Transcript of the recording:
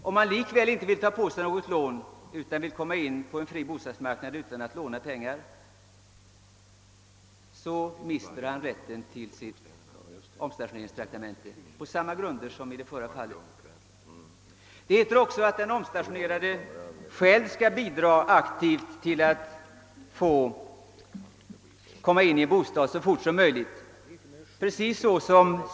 Om han inte vill ta något lån utan vill komma in på en fri bostadsmarknad mister han rätten till omstationeringstraktamente. Det sägs också att den omstationerade aktivt skall bidra till att så fort som möjligt få bostad.